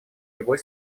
любой